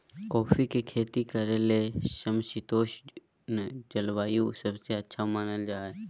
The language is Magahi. कॉफी के खेती करे ले समशितोष्ण जलवायु सबसे अच्छा मानल जा हई